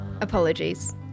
Apologies